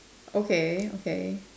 okay okay